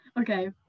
Okay